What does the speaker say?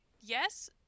yes